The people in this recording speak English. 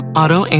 auto